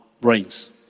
brains